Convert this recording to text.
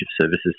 services